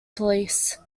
police